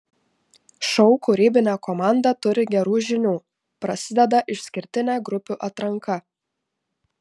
šou kūrybinė komanda turi gerų žinių prasideda išskirtinė grupių atranka